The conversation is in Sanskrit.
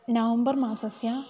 नवम्बर् मासस्य